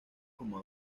como